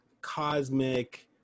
cosmic